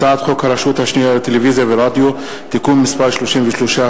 הצעת חוק הרשות השנייה לטלוויזיה ורדיו (תיקון מס' 33),